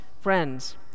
friends